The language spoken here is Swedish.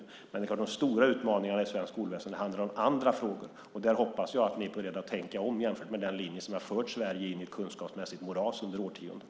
Men det är klart att de stora utmaningarna i svenskt skolväsende handlar om andra frågor. Där hoppas jag att ni är beredda att tänka om i förhållande till den linje som har fört Sverige in i ett kunskapsmässigt moras de senaste årtiondena.